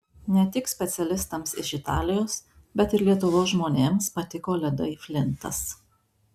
ne tik specialistams iš italijos bet ir lietuvos žmonėms patiko ledai flintas